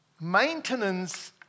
Maintenance